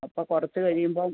അപ്പോൾ കുറച്ച് കഴിയുമ്പം